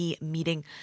meeting